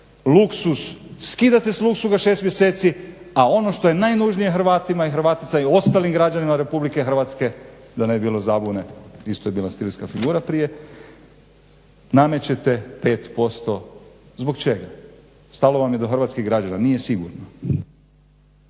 luksuz, skidate s luksuza 6 mjeseci, a ono što je najnužnije Hrvatima i Hrvaticama i ostalim građanima Republike Hrvatske da ne bi bilo zabune isto je bila stilska figura prije, namećete 5%, zbog čega? Stalo vam je do hrvatskih građana? Nije sigurno.